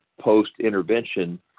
post-intervention